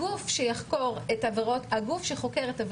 הגוף שחוקר את עבירות המין